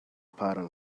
pattern